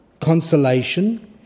consolation